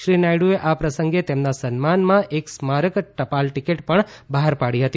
શ્રી નાયડુએ આ પ્રસંગે તેમના સન્માનમાં એક સ્મારક ટપાલ ટીકિટ પણ બહાર પાડી હતી